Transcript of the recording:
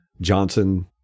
Johnson